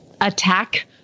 attack